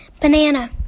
Banana